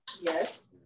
Yes